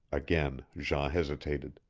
again jean hesitated.